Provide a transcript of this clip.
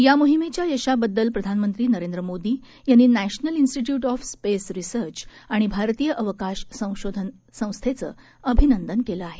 या मोहिमेच्या यशाबद्दल प्रधानमंत्री नरेंद्र मोदी यांनी national institute of space research आणि भारतीय अवकाश संशोधन संस्थेचं अभिनंदन केलं आहे